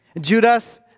Judas